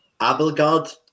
Abelgard